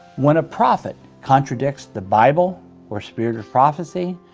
when a prophet contradicts the bible or spirit of prophecy,